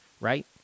right